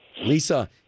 Lisa